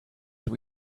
that